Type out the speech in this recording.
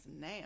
now